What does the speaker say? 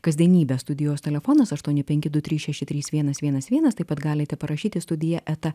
kasdienybę studijos telefonas aštuoni penki du trys šeši trys vienas vienas vienas taip pat galite parašyti studiją eta